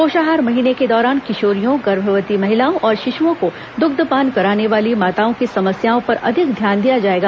पोषाहार महीने के दौरान किशोरियों गर्भवती महिलाओं और शिशुओं को दुग्धपान कराने वाली माताओं की समस्याओं पर अधिक ध्यान दिया जाएगा